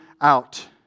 out